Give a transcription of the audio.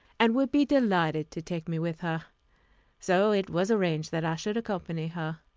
and would be delighted to take me with her so it was arranged that i should accompany her.